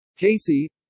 Casey